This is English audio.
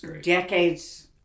decades